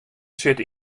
sitte